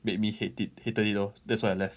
made me hate it hated it lor that's why I left